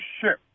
ship